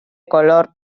color